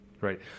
Right